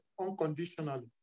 unconditionally